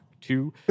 two